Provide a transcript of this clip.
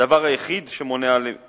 הדבר היחיד שמונע את